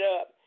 up